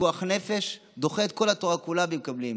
שפיקוח נפש דוחה את כל התורה כולה ומקבלים.